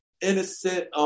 innocent